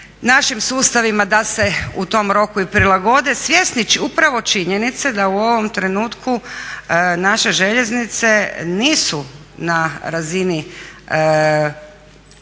našim sustavima da se u tom roku i prilagode, svjesni upravo činjenice da u ovom trenutku naše željeznice nisu na razini